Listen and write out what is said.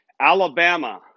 Alabama